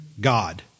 God